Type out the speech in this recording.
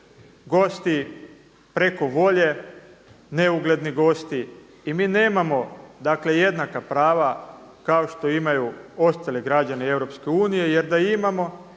gosti preko volje, neugledni gosti i mi nemamo dakle jednaka prava kao što imaju ostali građani Europske unije.